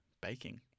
baking